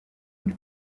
muri